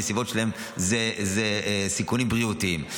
הנסיבות שלהם זה סיכונים בריאותיים.